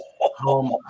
home